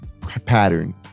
pattern